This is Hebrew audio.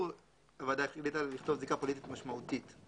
הוועדה החליטה לכתוב זיקה פוליטית משמעותית.